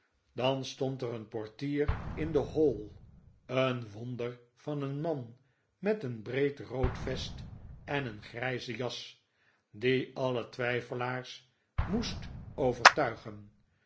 dan stond er een portier in de hall een wonder van een man met een breed rood vest en een grijze jas die alle twijfelaars moest overtuigen